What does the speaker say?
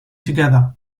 together